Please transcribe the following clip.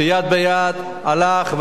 שיד ביד הלך,